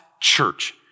church